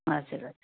हजुर हजुर